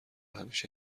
همیشه